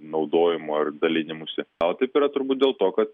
naudojimu ar dalinimusi o taip yra turbūt dėl to kad